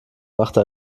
machte